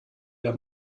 der